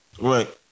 Right